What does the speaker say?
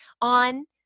on